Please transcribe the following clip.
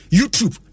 Youtube